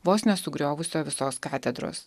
vos nesugriovusio visos katedros